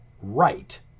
right